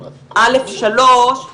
רגע, יוליה,